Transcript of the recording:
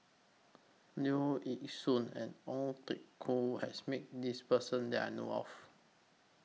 Leong Yee Soo and Ong Teng Koon has Met This Person that I know of